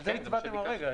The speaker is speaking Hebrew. על זה הצבעתם הרגע.